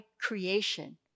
creation